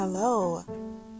Hello